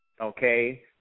okay